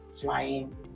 flying